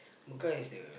Mecca is the